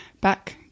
back